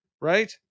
right